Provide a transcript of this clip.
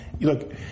look